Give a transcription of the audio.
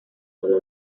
solo